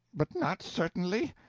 but not certainly?